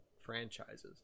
franchises